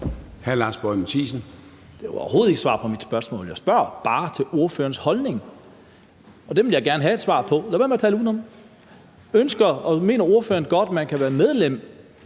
Det var overhovedet ikke svar på mit spørgsmål. Jeg spørger bare om ordførerens holdning, og den vil jeg gerne have et svar på. Lad være med at tale udenom. Mener ordføreren, at man godt kan være medlem